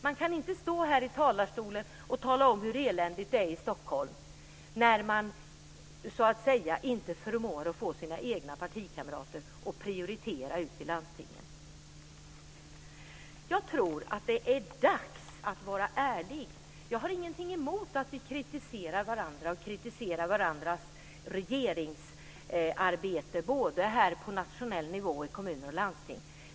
Man kan inte i talarstolen tala om hur eländigt det är i Stockholm när man så att säga inte förmår få sina egna partikamrater ute i landstingen att prioritera. Jag tror att det är dags att vara ärlig. Jag har ingenting emot att vi kritiserar varandra och varandras "regeringsarbete" både på nationell nivå och i kommuner och landsting.